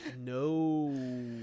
no